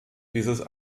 dieses